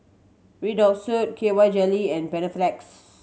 Redoxon K Y Jelly and Panaflex